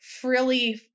frilly